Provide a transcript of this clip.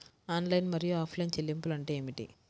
Online మరియు offline చెల్లింపులు అంటే ఏమిటి?